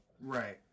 Right